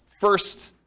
first